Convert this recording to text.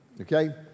okay